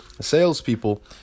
salespeople